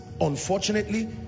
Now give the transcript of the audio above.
unfortunately